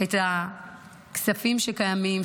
את הכספים שקיימים,